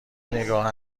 نگاه